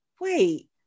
wait